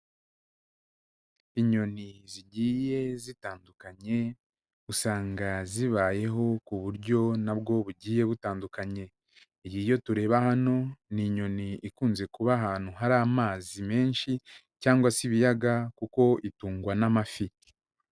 Inyoni zigiye zitandukanye, usanga zibayeho ku buryo nabwo bugiye butandukanye, iyi yo tureba hano, ni inyoni ikunze kuba ahantu hari amazi menshi cyangwa se ibiyaga kuko itungwa n'amafi.